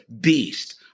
beast